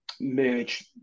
Merge